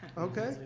okay?